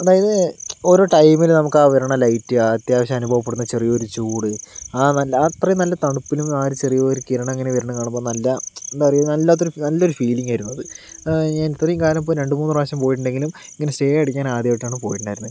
അതായത് ഓരോ ടൈമിൽ നമുക്ക് ആ വരുന്ന ലൈറ്റ് അത്യാവശ്യം അനുഭവപ്പെടുന്ന ചെറിയ ഒരു ചൂട് ആ നല്ല അത്രയും നല്ല തണുപ്പിനും ആ ചെറിയൊരു കിരണം ഇങ്ങനെ വരുന്ന കാണുമ്പോൾ നല്ല എന്താ പറയാ വല്ലാത്തൊരു നല്ലൊരു ഫീലിങ്ങ് ആയിരുന്നു അത് ഞാൻ ഇത്രയും കാലം ഇപ്പോൾ രണ്ടുമൂന്നു പ്രാവശ്യം പോയിട്ടുണ്ടെങ്കിലും ഇങ്ങനെ സ്റ്റേ അടിക്കാൻ ആദ്യമായിട്ടാണ് പോയിട്ടുണ്ടായിരുന്നത്